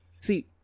See